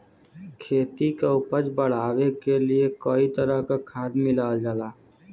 खेती क उपज बढ़ावे क लिए कई तरह क खाद मिलावल जाला